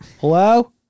Hello